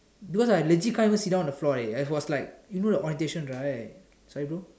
because I legit can't even sit down on the floor I was like you know the orientation right sorry bro